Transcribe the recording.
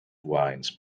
wines